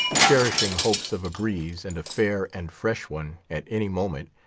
cherishing hopes of a breeze, and a fair and fresh one at any moment,